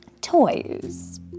Toys